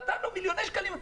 נתנו מיליוני שקלים.